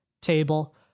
table